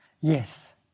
Yes